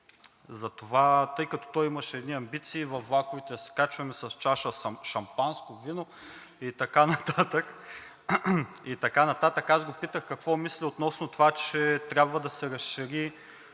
Събев. Тъй като той имаше едни амбиции във влаковете да се качваме с чаша шампанско, вино и така нататък, аз го питах какво мисли относно това, че трябва да се разшири